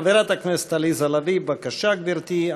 חברת הכנסת עליזה לביא, בבקשה, גברתי.